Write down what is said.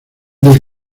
del